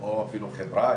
או חברה..